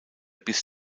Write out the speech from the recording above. bis